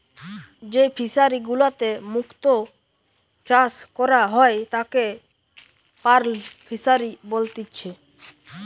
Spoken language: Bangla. যেই ফিশারি গুলাতে মুক্ত চাষ করা হয় তাকে পার্ল ফিসারী বলেতিচ্ছে